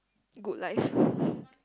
good life